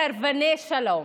סרבני שלום.